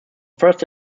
first